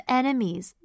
enemies